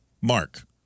Mark